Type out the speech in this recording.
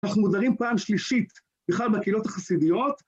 אנחנו מודרים פעם שלישית בכלל מהקהילות החסידיות.